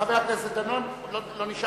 חבר הכנסת דנון, לא נשאלת?